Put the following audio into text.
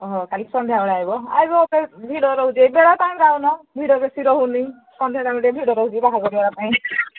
ଓହଃ କାଲି ସନ୍ଧ୍ୟାବେଳେ ଆଇବ ଆଇବ ଭିଡ଼ ରହୁଛ ଏ ବେଳା ଟାଇମ୍ରେ ଆଉନ ଭିଡ଼ ବେଶୀ ରହୁନି ସନ୍ଧ୍ୟା ଟାଇମ୍ ଟିକେ ଭିଡ଼ ରହୁଛି ବାହାଘରିଆ ପାଇଁ